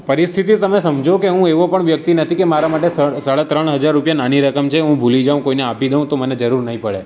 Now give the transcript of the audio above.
પરિસ્થિતિ તમે સમજો કે હું એવો પણ વ્યક્તિ નથી કે મારા માટે સાડા ત્રણ હજાર રૂપિયા નાની રકમ છે હું ભુલી જાઉં કોઈને આપી દઉં તો મને જરૂર નહીં પડે